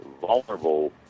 vulnerable